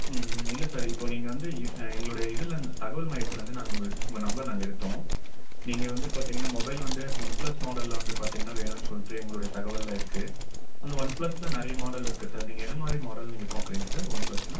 ம் ம் இல்லை சார் இப்போது நீங்கள் வந்து இ எங்களுடைய இதில் தகவல் மையத்துலேருந்து நாங்கள் உங்கள் உங்கள் நம்பர் நாங்கள் எடுத்தோம் நீங்கள் வந்து பார்த்தீங்கன்னா மொபைல் வந்து ஒன் ப்ளஸ் மாடலில் வந்து பார்த்தீங்கன்னா வேணுன்னு சொல்லிட்டு எங்களுடைய தகவலில் இருக்கு அந்த ஒன் ப்ளஸில் நிறைய மாடல் இருக்கு சார் நீங்கள் எது மாதிரி மாடல் நீங்கள் பார்க்குறீங்க சார் ஒன் ப்ளஸில்